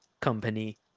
company